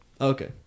Okay